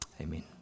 Amen